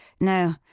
no